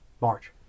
March